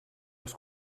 els